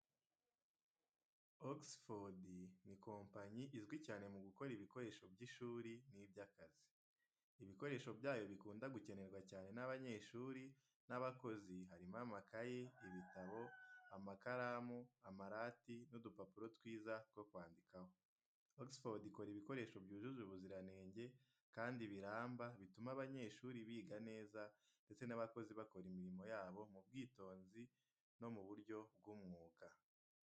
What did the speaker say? Oxford ni kompanyi izwi cyane mu gukora ibikoresho by’ishuri n’iby’akazi. Ibikoresho byayo bikunda gukenerwa cyane n’abanyeshuri n’abakozi harimo amakayi, ibitabo, amakaramu, amarati, n’udupapuro twiza two kwandikaho. Oxford ikora ibikoresho byujuje ubuziranenge kandi biramba, bituma abanyeshuri biga neza ndetse n’abakozi bakora imirimo yabo mu bwitonzi no mu buryo bw’umwuga.